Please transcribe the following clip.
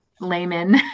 layman